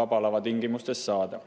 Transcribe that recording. Vaba Lava [üritustel] saada.